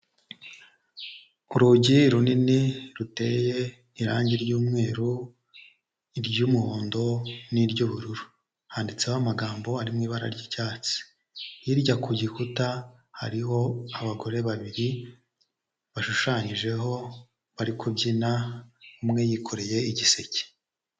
Urugi runini ruteye irangi ry'umweru, iry'umuhondo n'iry'ubururu. Handitseho amagambo ari mu ibara ry'icyatsi. Hirya ku gikuta, hariho abagore babiri bashushanyijeho, bari kubyina, umwe yikoreye igiseke.